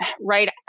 right